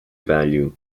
value